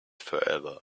forever